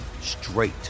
straight